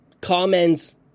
comments